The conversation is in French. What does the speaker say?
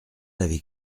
avait